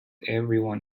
everyone